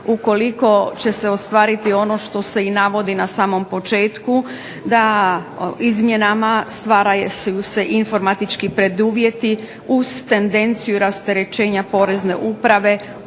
ukoliko će se ostvariti ono što se i navodi na samom početku da izmjenama stvaraju se informatički preduvjeti uz tendenciju rasterećenja Porezne uprave